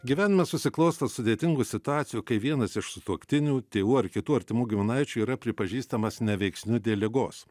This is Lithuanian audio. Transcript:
gyvenime susiklosto sudėtingų situacijų kai vienas iš sutuoktinių tėvų ar kitų artimų giminaičių yra pripažįstamas neveiksniu dėl ligos